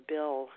Bill